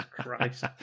Christ